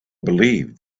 believed